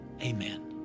Amen